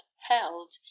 held